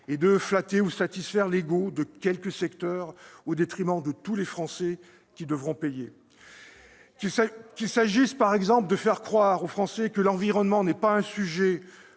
de flatter ou satisfaire l'ego de quelques secteurs au détriment de tous les Français qui devront payer, ... Ils paient déjà !... qu'il s'agisse, par exemple, de faire croire aux Français que l'environnement n'est pas un sujet,